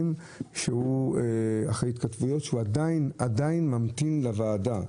שאחרי התכתבויות הוא עדיין ממתין לוועדה,